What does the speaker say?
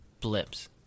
blips